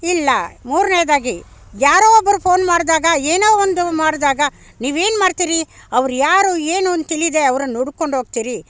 ಇಲ್ಲ ಮೂರನೇದಾಗಿ ಯಾರೋ ಒಬ್ಬರು ಫೋನ್ ಮಾಡ್ದಾಗ ಏನೋ ಒಂದು ಮಾಡ್ದಾಗ ನೀವೇನು ಮಾಡ್ತೀರಿ ಅವ್ರು ಯಾರು ಏನುಂತ ತಿಳಿದೇ ಅವ್ರನ್ನು ಹುಡುಕೊಂಡೋಗ್ತೀರಿ